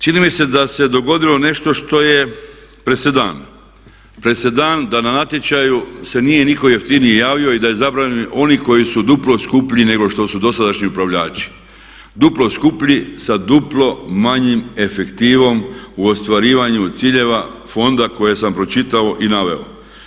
Čini mi se da se dogodilo nešto što je presedan, presedan da na natječaju se nije nitko jeftiniji javio i da izabrani oni koji su dupli skuplji nego što su dosadašnji upravljači, duplo skuplji sa duplo manjim efektivom u ostvarivanju ciljeva fonda koje sam pročitao i naveo.